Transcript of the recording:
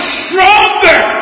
stronger